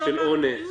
של אונס,